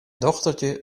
dochtertje